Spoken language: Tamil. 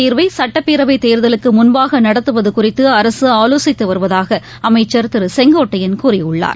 தேர்வைசட்டப்பேரவைதேர்தலுக்குமுன்பாகநடத்துவதுகுறித்துஅரசுஆலோசித்துவருவதாகஅமைச்சர் திருசெங்கோட்டையன் கூறியுள்ளார்